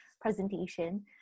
presentation